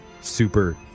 super